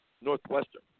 Northwestern